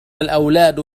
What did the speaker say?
الأولاد